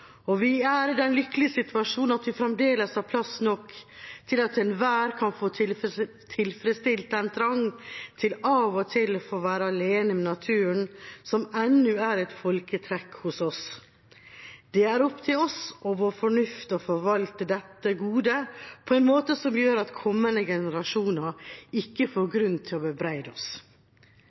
Og vi er i den lykkelige situasjon at vi fremdeles har plass nok til at enhver kan få tilfredsstilt den trang til av og til å få være alene med naturen, som ennu er et folketrekk hos oss. Det er opp til oss og vår fornuft å forvalte dette gode på en måte som gjør at kommende generasjoner ikke får grunn til å bebreide oss.»